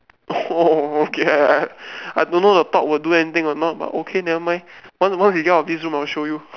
orh okay ah I I I don't know the talk will do anything or not but okay never mind once once we get out of this room I show you